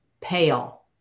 pale